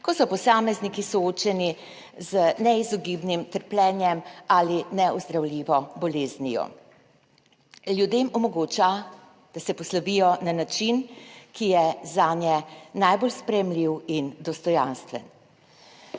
ko so posamezniki soočeni z neizogibnim trpljenjem ali neozdravljivo boleznijo. Ljudem omogoča, da se poslovijo na način, ki je zanje najbolj sprejemljiv in dostojanstven.